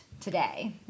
today